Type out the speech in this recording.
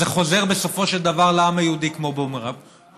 אז זה חוזר לעם היהודי כמו בומרנג.